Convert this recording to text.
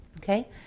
okay